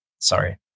Sorry